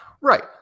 right